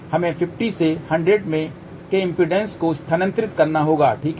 हमें 50 Ω से 100 Ω के इस इम्पीडेन्स को स्थानांतरित करना होगा ठीक है